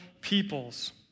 peoples